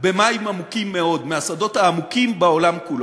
במים עמוקים מאוד, מהשדות העמוקים בעולם כולו.